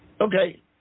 Okay